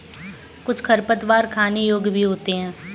कुछ खरपतवार खाने योग्य भी होते हैं